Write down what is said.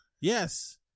yes